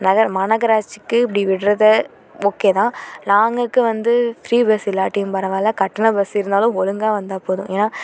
நகர மாநகராட்சிக்கு இப்படி விட்றது ஓகே தான் லாங்குக்கு வந்து ஃப்ரீ பஸ்ஸு இல்லாட்டியும் பரவாயில்ல கட்டணம் பஸ்ஸு இருந்தாலும் ஒழுங்கா வந்தால் போதும் ஏன்னா